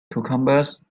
cucumbers